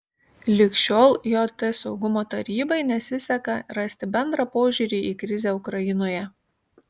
lig šiol jt saugumo tarybai nesiseka rasti bendrą požiūrį į krizę ukrainoje